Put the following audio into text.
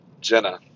Jenna